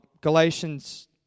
Galatians